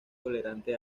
tolerante